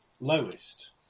Lowest